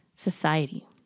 society